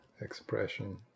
expression